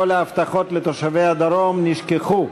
כל ההבטחות לתושבי הדרום נשכחו.